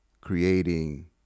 creating